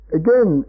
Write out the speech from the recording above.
again